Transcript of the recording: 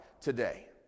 today